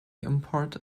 import